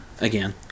again